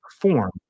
perform